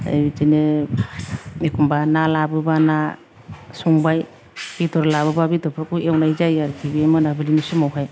ओमफ्राय बिदिनो एखनबा ना लाबोबा ना संबाय बेदर लाबोबा बेदर फोरखौ एवनाय जायो आरोखि बे मोनाबिलि समावहाय